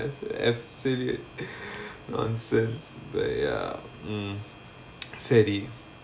efsiriyan nonsense but ya mm சரி:sari